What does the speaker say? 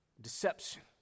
Deception